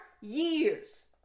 years